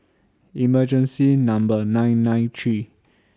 emergency Number nine nine three